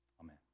Amen